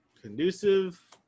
conducive